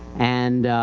and,